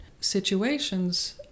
situations